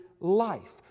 Life